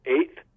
Eighth